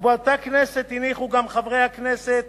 ובאותה כנסת הניחו גם חברי הכנסת